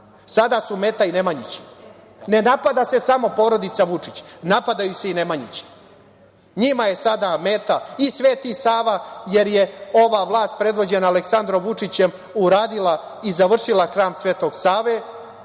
sada su meta i Nemanjići. Ne napada se samo porodica Vučić, napadaju se i Nemanjići. Njima je sada meta i Sveti Sava, jer je ova vlast, predvođena Aleksandrom Vučićem, uradila i završila Hram Sv. Save.